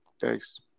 Thanks